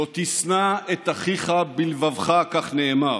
"לא תשנא את אחיך בלבבך", כך נאמר.